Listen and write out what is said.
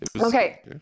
Okay